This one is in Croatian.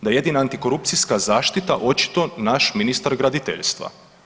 Da je jedina antikorupcijska zaštita očito naš ministar graditeljstva.